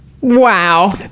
Wow